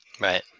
Right